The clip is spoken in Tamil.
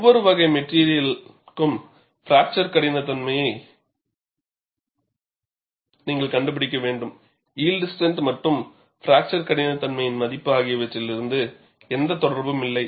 ஒவ்வொரு வகை மெட்டிரியலுக்கும் பிராக்சர் கடினத்தன்மையை நீங்கள் கண்டுபிடிக்க வேண்டும் யில்ட் ஸ்ட்ரெந்த் மற்றும் பிராக்சர் கடினத்தன்மையின் மதிப்பு ஆகியவற்றிலிருந்து எந்த தொடர்பும் இல்லை